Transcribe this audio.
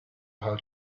how